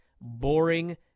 boring